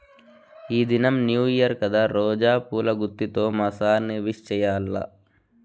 ఈ దినం new year కదా రోజా పూల గుత్తితో మా సార్ ని విష్ చెయ్యాల్ల